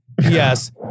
Yes